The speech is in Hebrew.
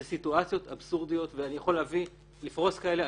אלה סיטואציות אבסורדיות ואני יכול לפרוס כאלה.